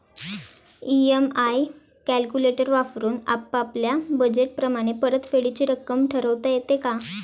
EMI calculator वापरून आपापल्या budget प्रमाणे परतफेडीची रक्कम ठरवता येते का?